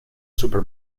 super